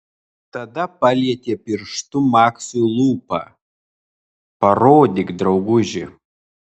tada palietė pirštu maksui lūpą parodyk drauguži